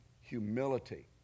humility